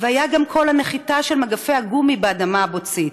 / והיה גם קול הנחיתה של מגפי הגומי באדמה הבוצית.